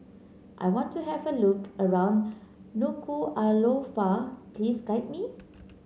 I want to have a look around Nuku'alofa please guide me